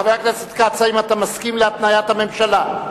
חבר הכנסת כץ, האם אתה מסכים להתניית הממשלה?